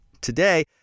today